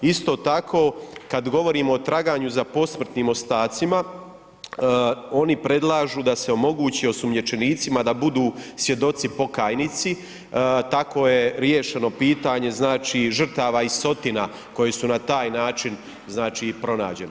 Isto tako kad govorimo o traganju za posmrtnim ostacima, oni predlažu da se omogući osumnjičenicima da budu svjedoci pokajnici, tako je riješeno pitanje znači žrtava iz Sotina koji su na taj način znači i pronađene.